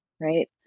right